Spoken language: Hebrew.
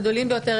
הגדולים ביותר,